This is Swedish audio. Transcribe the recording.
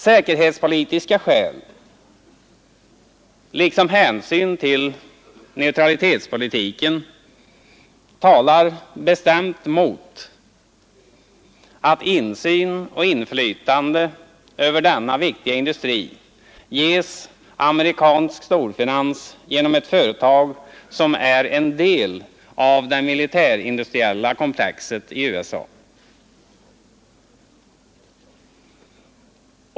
Säkerhetspolitiska skäl liksom hänsyn till neutralitetspolitiken talar bestämt mot att amerikansk storfinans ges insyn och inflytande över denna viktiga industri genom ett företag som är en del av det militärindustriella komplexet i USA.